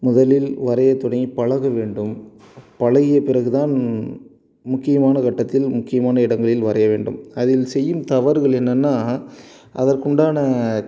முதலில் வரையத்தொடங்கி பழக வேண்டும் பழகிய பிறகுதான் முக்கியமான கட்டத்தில் முக்கியமான இடங்களில் வரையவேண்டும் அதில் செய்யும் தவறுகள் என்னென்னா அதற்குண்டான